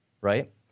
Right